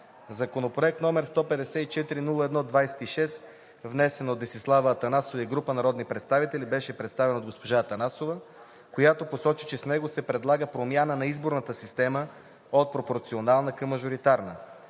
Законопроект № 154-01-26, внесен от Десислава Атанасова и група народни представители, беше представен от госпожа Атанасова, която посочи, че с него се предлага промяна на изборната система от пропорционална към мажоритарна.